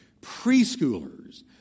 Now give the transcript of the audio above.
Preschoolers